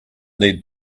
need